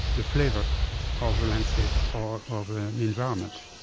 the flavor of a landscape, ah of ah an environment.